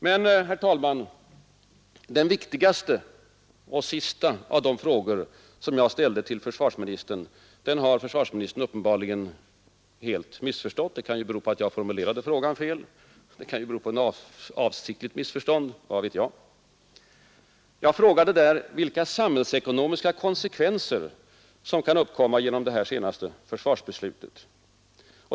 Men, herr talman, den viktigaste och sista av de frågor som jag ställde till försvarsministern har försvarsministern uppenbarligen helt missförstått — det kan bero på att jag formulerat frågan fel, det kan bero på ett avsiktligt missförstånd, vad vet jag. Jag frågade vilka samhällsekonomiska konsekvenser som kan uppkomma genom det senaste försvarsbeslutet.